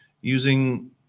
using